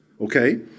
Okay